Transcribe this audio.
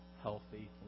healthy